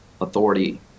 authority